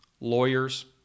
lawyers